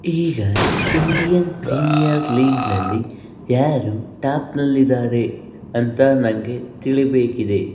ಈಗ Indian premier ಲೀಗ್ನಲ್ಲಿ ಯಾರು ಟಾಪ್ನಲ್ಲಿದ್ದಾರೆ ಅಂತ ನನಗೆ ತಿಳಿಯಬೇಕಿದೆ